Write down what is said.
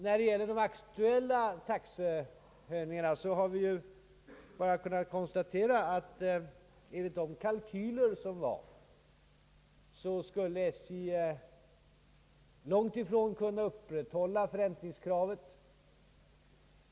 När det gäller de aktuella taxehöjningarna har vi ju bara kunnat konsta tera att enligt de kalkyler som gjordes skulle SJ långt ifrån kunna upprätthålla förräntningskravet.